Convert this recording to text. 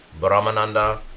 Brahmananda